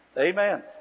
Amen